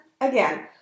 again